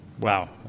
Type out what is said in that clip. Wow